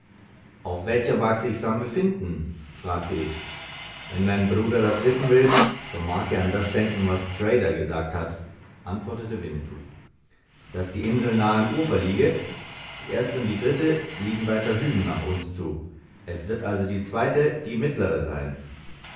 auf welcher mag sich sam befinden fragte ich wenn mein bruder das wissen will so mag er an das denken was der trader gesagt hat antwortete winnetou daß die insel nahe am ufer liege die erste und die dritte liegen weiter hüben nach uns zu es wird also die zweite die mittlere sein